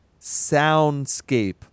soundscape